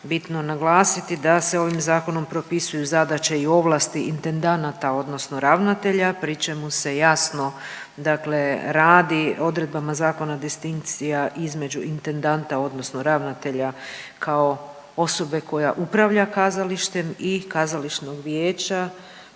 bitno naglasiti da se ovim zakonom propisuju zadaće i ovlasti intendanata odnosno ravnatelja, pri čemu se jasno radi o odredbama zakona distinkcija između intendanta odnosno ravnatelja kao osobe koja upravlja kazalištem i kazališnog vijeća